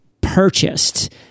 purchased